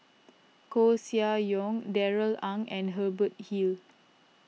Koeh Sia Yong Darrell Ang and Hubert Hill